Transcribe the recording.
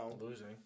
Losing